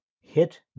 Hit